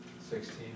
Sixteen